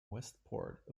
westport